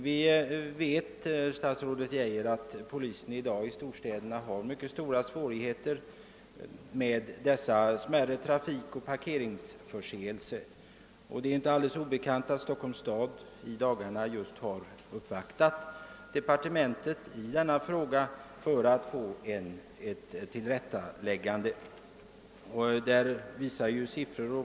Vi vet att de smärre trafikoch parkeringsförseelserna i dag vållar polisen i storstäderna stora svårigheter, och det är inte obekant att Stockholms stad i dagarna har uppvaktat departementet i denna fråga för att få ett tillrättaläggande.